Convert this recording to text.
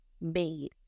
made